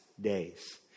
days